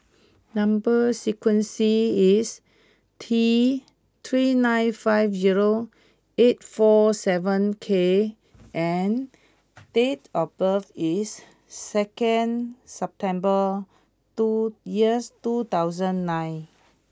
number sequence is T three nine five zero eight four seven K and date of birth is second September two yes two thousand nine